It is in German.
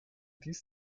dies